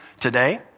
today